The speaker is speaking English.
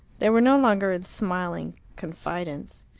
they were no longer in smiling confidence.